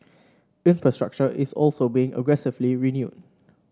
infrastructure is also being aggressively renewed